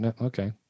Okay